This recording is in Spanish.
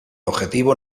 objetivo